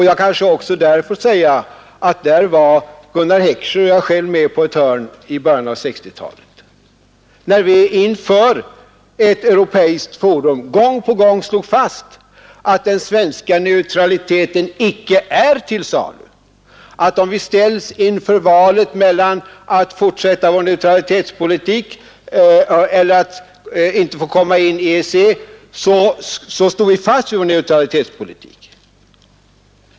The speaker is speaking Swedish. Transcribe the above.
Jag kanske också får erinra om att Gunnar Heckscher och jag själv var med på ett hörn i början av 1960-talet när vi inför ett europeiskt forum gång på gång slog fast att den svenska neutraliteten inte är till salu, att Sverige — om vi ställs inför valet mellan att fortsätta vår neutralitetspolitik och inte komma med i EEC eller att upphöra med den och komma med i EEC -— står fast vid neutralitetspolitiken.